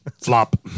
flop